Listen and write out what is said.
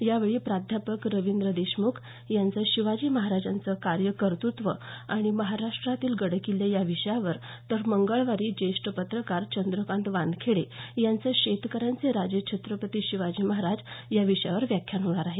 यावेळी प्राध्यापक रविंद्र देशमुख यांचं शिवाजी महाराजांचं कार्य कर्तृत्व आणि महाराष्ट्रातील गड किल्ले या विषयावर तर मंगळवारी ज्येष्ठ पत्रकार चंद्रकांत वानखेडे यांचं शेतकऱ्यांचे राजे छत्रपती शिवाजी महाराज या विषयावर व्याख्यान होणार आहे